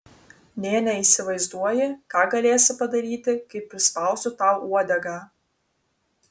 nė neįsivaizduoji ką galėsi padaryti kai prispausiu tau uodegą